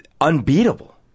unbeatable